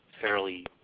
fairly